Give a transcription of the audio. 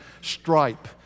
stripe